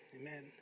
amen